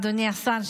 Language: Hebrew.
אדוני השר,